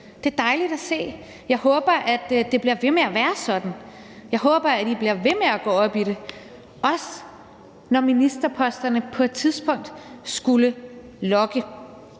Det er dejligt at se. Jeg håber, at det bliver ved med at være sådan. Jeg håber, at I bliver ved med at gå op i det, også når ministerposterne på et tidspunkt skulle lokke.